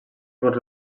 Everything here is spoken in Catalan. bons